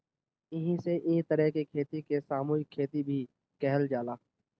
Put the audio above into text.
एही से इ तरह के खेती के सामूहिक खेती भी कहल जाला